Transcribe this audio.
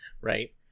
Right